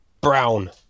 Brown